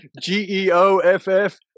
G-E-O-F-F